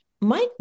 Mike